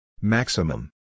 Maximum